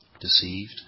deceived